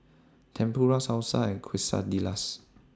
Tempura Salsa and Quesadillas